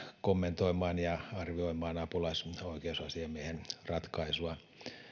kommentoimaan ja arvioimaan apulaisoikeusasiamiehen ratkaisua